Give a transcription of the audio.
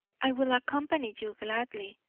i will accompany you gladly,